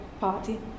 party